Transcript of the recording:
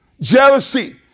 Jealousy